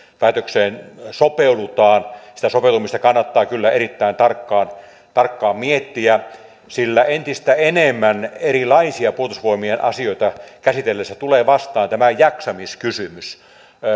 päätökseen sopeudutaan sitä sopeutumista kannattaa kyllä erittäin tarkkaan tarkkaan miettiä sillä entistä enemmän erilaisia puolustusvoimien asioita käsiteltäessä tulee vastaan tämä jaksamiskysymys